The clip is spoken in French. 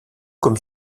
comme